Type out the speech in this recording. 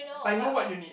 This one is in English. I know what you need